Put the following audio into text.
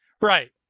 Right